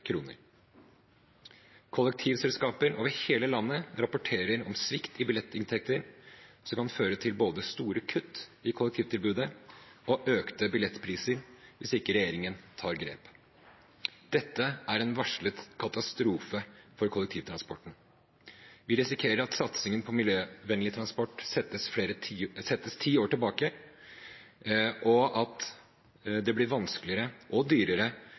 Kollektivselskaper over hele landet rapporterer om svikt i billettinntekter, som kan føre til både store kutt i kollektivtilbudet og økte billettpriser hvis ikke regjeringen tar grep. Dette er en varslet katastrofe for kollektivtransporten. Vi risikerer at satsingen på miljøvennlig transport settes ti år tilbake, og at det blir vanskeligere og dyrere